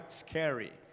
scary